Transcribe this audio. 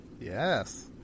Yes